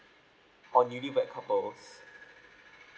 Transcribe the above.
or newly wed couples